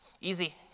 Easy